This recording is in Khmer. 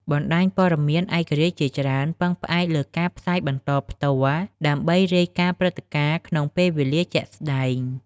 បណ្តាញព័ត៌មានឯករាជ្យជាច្រើនពឹងផ្អែកលើការផ្សាយបន្តផ្ទាល់ដើម្បីរាយការណ៍ព្រឹត្តិការណ៍ក្នុងពេលវេលាជាក់ស្តែង។